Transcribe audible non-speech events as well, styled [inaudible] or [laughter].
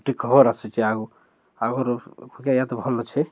ଏଠିକ ଖବର ଆସିୁଛି ଆଉ ଆଗରୁ [unintelligible] ଭଲ ଅଛେ